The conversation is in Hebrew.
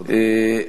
תודה.